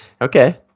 Okay